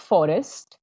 Forest